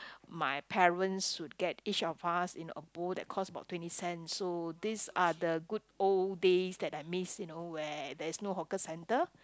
my parents would get each of us in a booth that cost about twenty cent so this are the good old days that I miss you know where there's no hawker centre